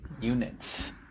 units